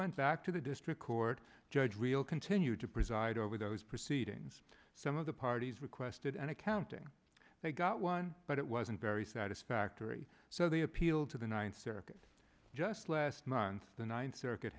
went back to the district court judge real continued to preside over those proceedings some of the parties requested an accounting they got one but it wasn't very satisfactory so they appealed to the ninth circuit just last month the ninth circuit